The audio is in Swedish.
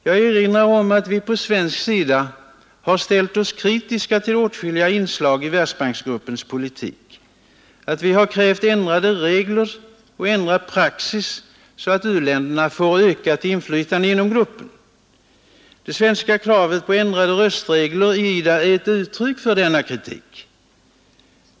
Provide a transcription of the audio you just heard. Jag erinrar om att vi på svensk sida ställt oss kritiska till åtskilliga inslag i Världsbanksgruppens politik, att vi har krävt ändrade regler och ändrad praxis så att u-länderna får ökat inflytande inom gruppen. Det svenska kravet på ändrade röstregler i IDA är uttryck för denna kritik.